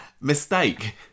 Mistake